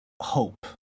hope